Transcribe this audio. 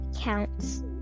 counts